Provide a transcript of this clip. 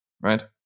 right